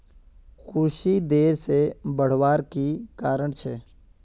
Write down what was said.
कुशी देर से बढ़वार की कारण छे?